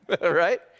right